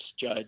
Judge